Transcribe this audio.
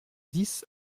dix